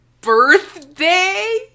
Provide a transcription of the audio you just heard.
birthday